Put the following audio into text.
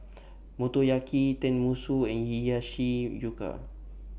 Motoyaki Tenmusu and Hiyashi Chuka